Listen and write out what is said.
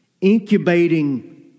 Incubating